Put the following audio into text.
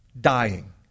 dying